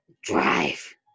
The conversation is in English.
drive